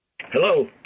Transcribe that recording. Hello